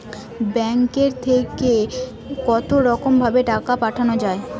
ব্যাঙ্কের থেকে কতরকম ভাবে টাকা পাঠানো য়ায়?